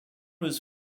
his